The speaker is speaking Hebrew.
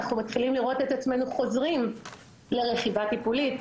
אנחנו מתחילים לראות את עצמנו חוזרים לרכיבה טיפולית,